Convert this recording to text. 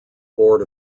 board